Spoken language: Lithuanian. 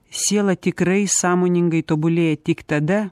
siela tikrai sąmoningai tobulėja tik tada